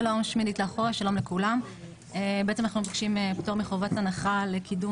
אנחנו מבקשים פטור מחובת הנחה על קידום